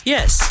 Yes